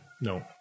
no